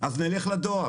אז נלך לדואר.